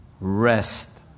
rest